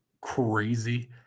crazy